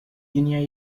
junior